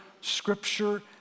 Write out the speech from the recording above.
Scripture